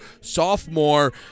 sophomore